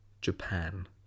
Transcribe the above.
Japan